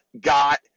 got